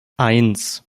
eins